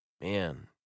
man